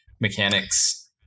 mechanics